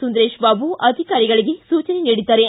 ಸುಂದರೇಶ್ ಬಾಬು ಅಧಿಕಾರಿಗಳಿಗೆ ಸೂಚನೆ ನೀಡಿದ್ದಾರೆ